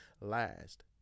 last